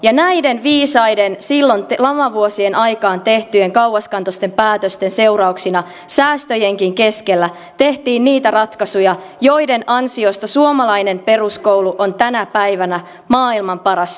ja silloin näiden lamavuosien aikaan tehtyjen viisaiden kauaskantoisten päätösten seurauksena säästöjenkin keskellä tehtiin niitä ratkaisuja joiden ansiosta suomalainen peruskoulu on tänä päivänä maailman paras peruskoulu